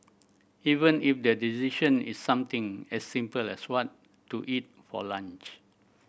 even if the decision is something as simple as what to eat for lunch